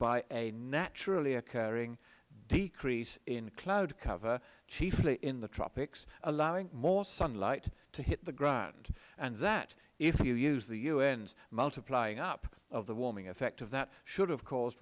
by a naturally occurring decrease in cloud cover chiefly in the tropics allowing more sunlight to hit the ground and that if you use the u n s multiplying up of the warming effect of that should have caused